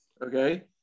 Okay